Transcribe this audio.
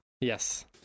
Yes